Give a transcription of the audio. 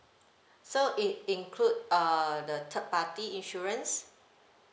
so it include err the third party insurance